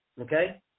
Okay